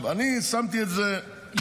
אני שמתי את זה לדיון.